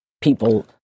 people